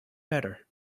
better